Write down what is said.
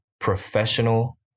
professional